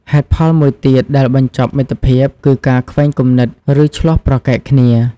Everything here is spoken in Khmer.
ហេតុផលមួយទៀតដែលបញ្ចប់មិត្តភាពគឺ ការខ្វែងគំនិត ឬ ឈ្លោះប្រកែកគ្នា។